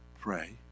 pray